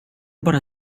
bara